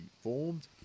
formed